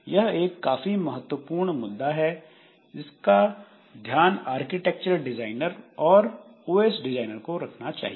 यह एक काफी महत्वपूर्ण मुद्दा है जिसका ध्यान आर्किटेक्चर डिजाइनर और ओएस डिजाइनर को रखना चाहिए